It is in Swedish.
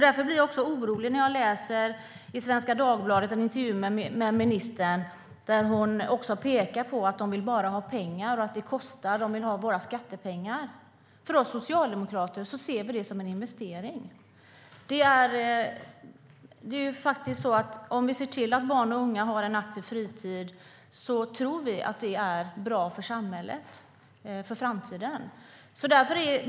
Därför blir jag orolig när jag läser en intervju med ministern i Svenska Dagbladet där hon pekar på att idrottsföreningarna bara vill ha pengar, att det kostar och att de vill ha våra skattepengar. Vi socialdemokrater ser det som en investering. Vi tror att det är bra för samhället och för framtiden om vi ser till att barn och unga har en aktiv fritid.